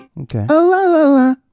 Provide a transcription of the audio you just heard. Okay